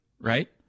right